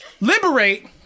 liberate